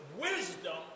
wisdom